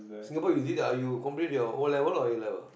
Singapore is it ah you complete your O-level or A-level